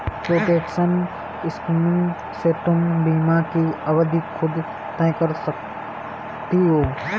protection scheme से तुम बीमा की अवधि खुद तय कर सकती हो